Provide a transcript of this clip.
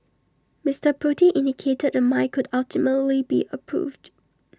Mister Pruitt indicated the mine could ultimately be approved